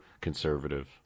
conservative